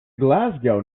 glasgow